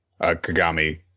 Kagami